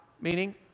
meaning